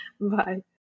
Bye